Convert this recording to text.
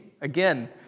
Again